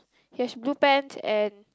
he has blue pants and